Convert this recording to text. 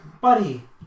buddy